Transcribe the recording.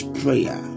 prayer